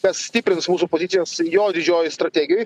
kas stiprins mūsų pozicijas jo didžiojoj strategijoj